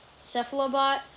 cephalobot